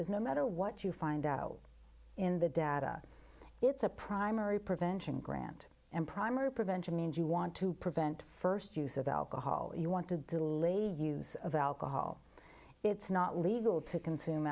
is no matter what you find out in the data it's a primary prevention grant and primary prevention means you want to prevent st use of alcohol if you want to do the lady use of alcohol it's not legal to consume